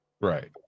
Right